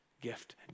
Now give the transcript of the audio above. gift